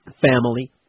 Family